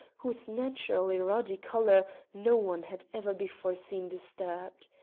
whose naturally ruddy color no one had ever before seen disturbed.